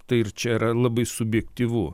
tai ir čia yra labai subjektyvu